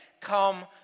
come